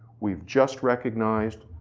we've just recognized